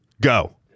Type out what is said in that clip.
go